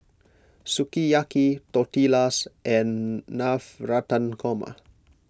Sukiyaki Tortillas and Navratan Korma